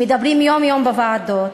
שמדברים יום-יום בוועדות,